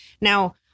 Now